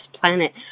planet